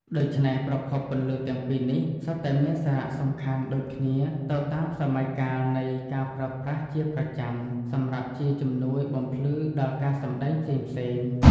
ដូច្នេះប្រភពពន្លឺទាំងពីរនេះសុទ្ធតែមានសារៈសំខាន់ដូចគ្នាទៅតាមសម័យកាលនៃការប្រើប្រាស់ជាប្រចាំសម្រាប់ជាជំនួយបំភ្លឺដល់ការសម្តែងផ្សេងៗ។